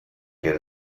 que